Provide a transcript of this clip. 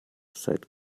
seit